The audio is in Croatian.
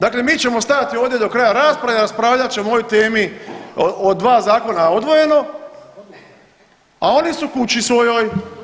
Dakle mi ćemo stajati ovdje do kraja rasprave, raspravljat ćemo o ovoj temi o dva zakona odvojeno, a oni su kući svojoj.